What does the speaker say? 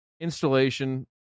Installation